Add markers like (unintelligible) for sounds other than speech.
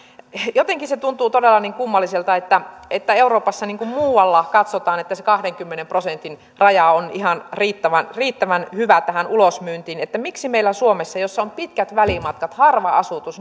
jotenkin se tuntuu todella niin kummalliselta että kun euroopassa muualla katsotaan että se kahdenkymmenen prosentin raja on ihan riittävän riittävän hyvä tähän ulosmyyntiin niin minkä ihmeen takia meillä suomessa jossa on pitkät välimatkat ja harva asutus (unintelligible)